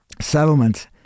settlement